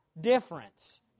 difference